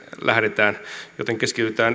lähdetään joten keskitytään